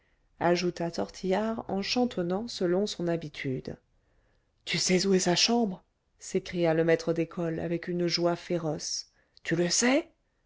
ajouta tortillard en chantonnant selon son habitude tu sais où est sa chambre s'écria le maître d'école avec une joie féroce tu le sais